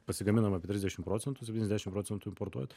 pasigaminam apie trisdešim procentų septyniasdešim procentų importuot